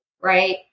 Right